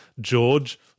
George